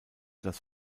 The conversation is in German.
das